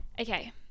Okay